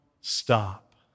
stop